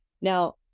now